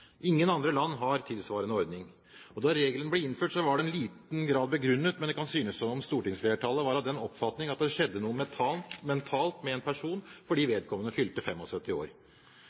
Ingen andre land har en tilsvarende ordning. Da regelen ble innført, var den i liten grad begrunnet, men det kan synes som om stortingsflertallet var av den oppfatning at det skjedde noe mentalt med en person fordi vedkommende fylte 75 år.